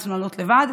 ונאלצנו לעלות לבד,